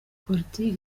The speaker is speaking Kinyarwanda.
politike